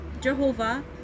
Jehovah